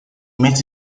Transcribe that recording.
met